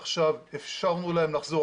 עכשיו, אפשרנו להם לחזור.